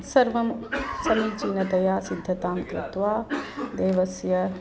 सर्वं समीचीनतया सिद्धतां कृत्वा देवस्य